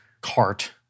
cart